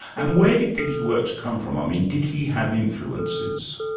and where did these works come from? i mean did he have influences?